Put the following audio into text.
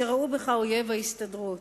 שראו בך אויב ההסתדרות.